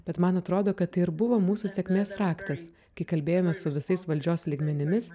bet man atrodo kad tai ir buvo mūsų sėkmės raktas kai kalbėjome su visais valdžios lygmenimis